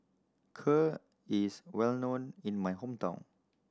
Kheer is well known in my hometown